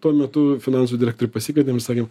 tuo metu finansų direktorių pasikvietėm ir sakėm